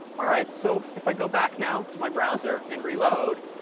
all right. so if i go back now to my browser and reload,